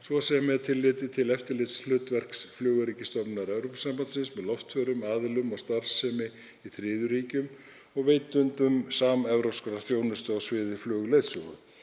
svo sem með tilliti til eftirlitshlutverks Flugöryggisstofnunar Evrópusambandsins með loftförum, aðilum og starfsemi í þriðju ríkjum og veitendum samevrópskrar þjónustu á sviði flugleiðsögu.